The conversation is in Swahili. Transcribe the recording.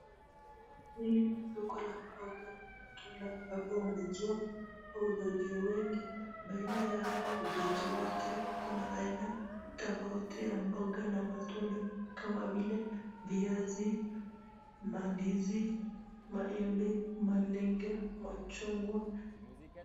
Hili ni soko la mboga na matunda ambapo wamejua wauzaji wengi baina ya hao wauzaji wote kuna aina tofauti ya mboga na matunda kama vile viazi, mandizi, maembe, malenge, machungwa.